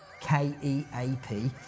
K-E-A-P